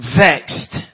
vexed